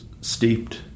steeped